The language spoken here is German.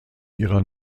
ihrer